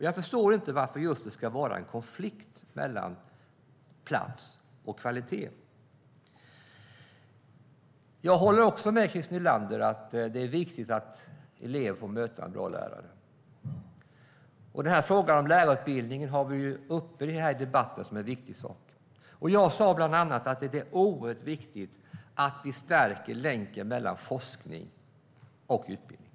Jag förstår inte varför det ska vara en konflikt mellan plats och kvalitet. Jag håller också med Christer Nylander om att det är viktigt att elever får möta en bra lärare. Lärarutbildningen är en viktig fråga som är uppe i den här debatten, och jag sa bland annat att det är oerhört viktigt att vi stärker länken mellan forskning och utbildning.